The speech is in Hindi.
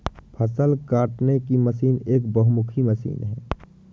फ़सल काटने की मशीन एक बहुमुखी मशीन है